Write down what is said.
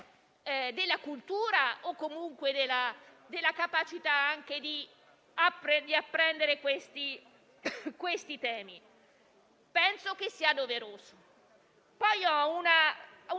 della cultura o comunque della capacità di apprendere questi temi. Penso sia doveroso. Ho ancora